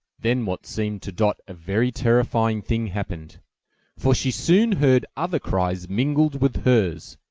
then what seemed to dot a very terrifying thing happened for she soon heard other cries mingle with hers.